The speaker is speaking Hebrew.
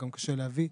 גם קשה להביא.